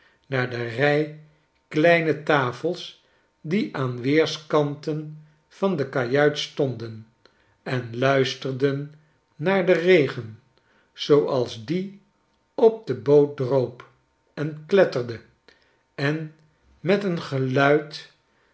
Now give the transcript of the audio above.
naar de rij kleine tafels die aan weerskanten van de kajuit stonden en luisterden naar denregen zooals die op de boot droop en kletterde en met een geluid